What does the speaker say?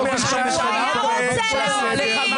הוא היה רוצה להוביל.